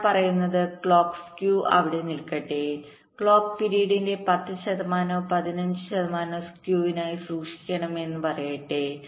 ഞാൻ പറയുന്നത് clock skew അവിടെ നിൽക്കട്ടെ ക്ലോക്ക് പിരീഡിന്റെ 10 ശതമാനമോ 15 ശതമാനമോ സ്കെവിനായി സൂക്ഷിക്കുമെന്ന് പറയട്ടെ